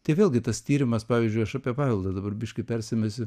tai vėlgi tas tyrimas pavyzdžiui aš apie vaildą dabar biškį persimesiu